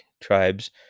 tribes